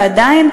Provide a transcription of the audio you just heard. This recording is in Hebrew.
ועדיין,